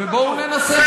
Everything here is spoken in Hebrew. ובואו ננסה.